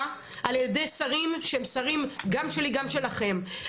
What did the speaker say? על ידי שרים שהם שרים גם שלי וגם שלכן.